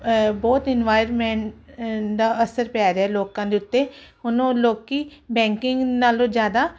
ਬਹੁਤ ਇਨਵਾਇਰਮੈਂਟ ਅਸਰ ਪੈ ਰਿਹਾ ਲੋਕਾਂ ਦੇ ਉੱਤੇ ਹੁਣ ਓਹ ਲੋਕੀ ਬੈਂਕਿੰਗ ਨਾਲੋਂ ਜਿਆਦਾ